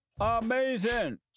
Amazing